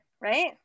right